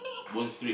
moon street